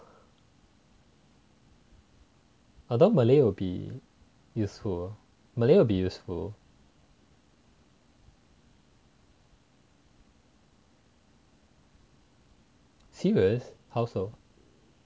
although malay will be useful malay will be useful serious how so